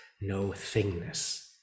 no-thingness